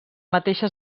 mateixa